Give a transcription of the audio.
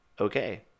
okay